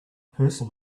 person